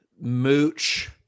mooch